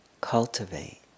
cultivate